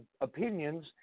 opinions